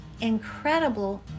incredible